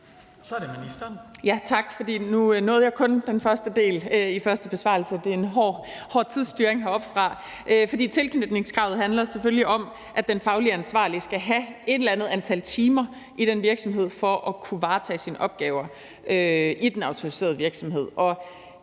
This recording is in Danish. Halsboe-Jørgensen): Ja tak - jeg nåede kun den første del i min første besvarelse; det er en hård tidsstyring, der foretages heroppefra. For tilknytningskravet handler det selvfølgelig om, at den fagligt ansvarlige skal have et eller andet antal timer i den virksomhed for at kunne varetage sine opgaver i den autoriserede virksomhed.